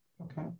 Okay